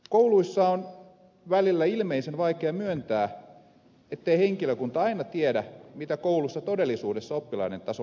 kouluissa on välillä ilmeisen vaikea myöntää ettei henkilökunta aina tiedä mitä koulussa todellisuudessa oppilaiden tasolla tapahtuu